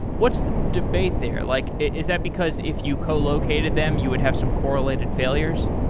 what's the debate there? like is that because if you collocated them, you would have some correlated failures?